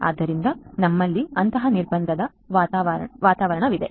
ಆದ್ದರಿಂದ ನಮ್ಮಲ್ಲಿ ಅಂತಹ ನಿರ್ಬಂಧದ ವಾತಾವರಣವಿದೆ